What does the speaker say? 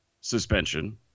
suspension